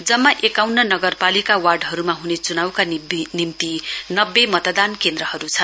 जम्मा एकाउन्न नगरपालिका वार्डहरुमा हुने चुनाउका निम्ति नब्बे मतदान केन्द्रहरु छन्